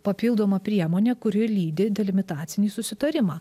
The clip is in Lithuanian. papildoma priemonė kuri lydi delimitacinį susitarimą